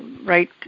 right